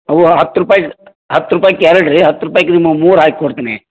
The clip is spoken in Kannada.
ಅವು ಹತ್ತು ರೂಪಾಯಿ ಹತ್ತು ರೂಪಾಯ್ಗೆ ಎರಡು ರೀ ಹತ್ತು ರೂಪಾಯ್ಗೆ ನಿಮಗೆ ಮೂರು ಹಾಕ್ಕೊಡ್ತೀನಿ